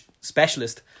specialist